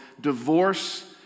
divorce